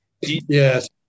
Yes